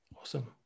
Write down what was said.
Awesome